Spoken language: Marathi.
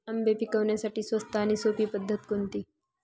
आंबे पिकवण्यासाठी स्वस्त आणि सोपी पद्धत कोणती?